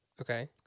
Okay